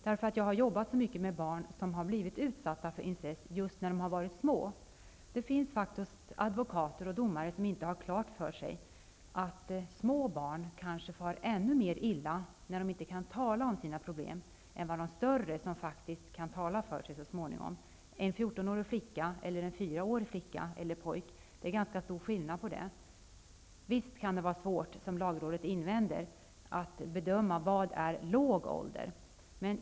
Jag har nämligen jobbat väldigt mycket med barn som har blivit utsatta för incest när de var små. Det finns faktiskt advokater och domare som inte har klart för sig att små barn som inte kan tala om sina problem kanske far ännu mera illa än större barn, som faktiskt så småningom kan tala för sig. Det är ganska stor skillnad mellan en fjortonårig flicka eller pojke och en fyraårig flicka eller pojke. Visst kan det, som lagrådet invänder, vara svårt att bedöma vad som är låg ålder.